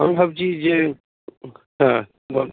আমি ভাবছি যে হ্যাঁ বল